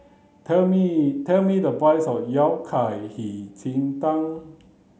tell me tell me the price of yao cai hei ji tang